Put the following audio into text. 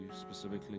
specifically